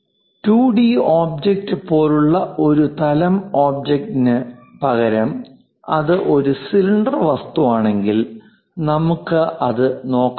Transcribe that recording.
2 D object പോലുള്ള ഒരു തലം ഒബ്ജക്റ്റിന് പകരം അത് ഒരു സിലിണ്ടർ വസ്തുവാണെങ്കിൽ നമുക്ക് അത് നോക്കാം